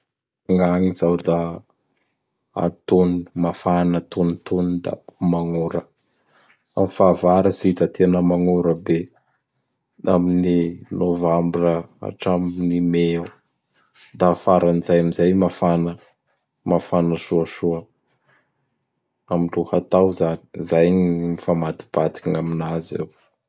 Gn'agny zao da antonony, mafana antonotony da magnora. Am fahavaratsy i da tena magnora be. Amin'ny novambra hatramin'ny May eo. Da afaran'izay amizay mafana. Mafana soasoa am lohatao zany. Zay gn n mifamadibadiky gn'aminazy eo.